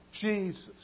Jesus